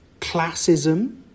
classism